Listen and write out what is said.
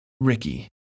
Ricky